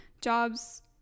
jobs